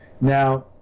Now